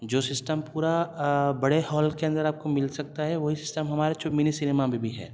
جو سسٹم پورا بڑے ہال کے اندر آپ کو مل سکتا ہے وہی سسٹم ہمارے چو منی سنیما میں بھی ہے